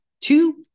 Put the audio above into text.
two